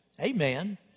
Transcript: Amen